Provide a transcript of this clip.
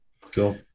Cool